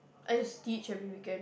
I just teach every weekend